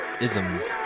isms